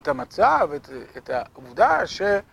את המצב, את העבודה, ש...